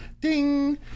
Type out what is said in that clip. ding